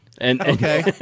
Okay